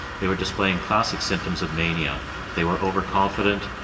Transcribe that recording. they were displaying classic symptoms of mania they were overconfident,